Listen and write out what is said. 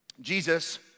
Jesus